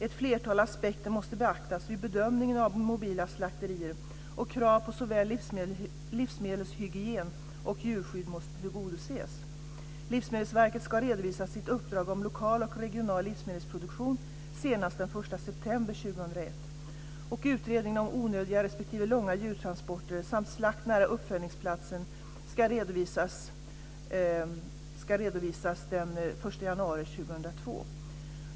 Ett flertal aspekter måste beaktas vid bedömning av mobila slakterier, och krav på såväl livsmedelshygien som djurskydd måste tillgodoses. Livsmedelsverket ska redovisa sitt uppdrag om lokal och regional livsmedelsproduktion senast den 1 september 2001, och utredningen om onödiga respektive långa djurtransporter samt slakt nära uppfödningsplatsen ska redovisas den 1 januari 2002.